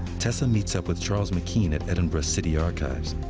tessa meets up with charles mckean at edinburgh city archives.